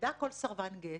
יידע כל סרבן גט